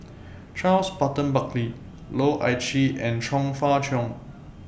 Charles Burton Buckley Loh Ah Chee and Chong Fah Cheong